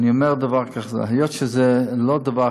אני אומר דבר כזה: היות שזה לא דבר